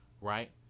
right